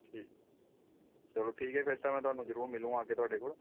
ਠੀਕ ਚਲੋ ਠੀਕ ਹੈ ਫਿਰ ਤਾਂ ਮੈਂ ਤੁਹਾਨੂੰ ਜ਼ਰੂਰ ਮਿਲੂੰ ਆ ਕੇ ਤੁਹਾਡੇ ਕੋਲ